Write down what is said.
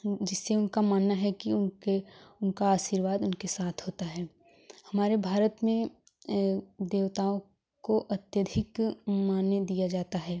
जिससे उनका मानना है कि उनके उनका आशीर्वाद उनके साथ होता है हमारे भारत में देवताओं को अत्यधिक मान दिया जाता है